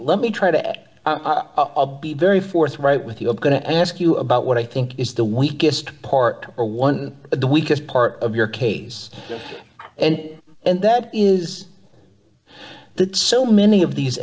let me try to be very forthright with you i'm going to ask you about what i think is the weakest part or one of the weakest part of your case and and that is that so many of these